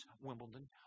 Wimbledon